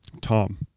Tom